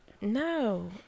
No